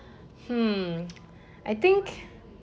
hmm I think